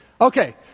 Okay